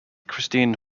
christine